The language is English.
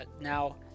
Now